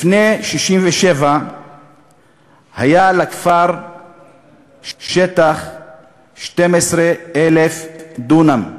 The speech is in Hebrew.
לפני 1967 היה לכפר שטח 12,000 דונם.